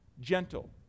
gentle